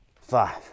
Five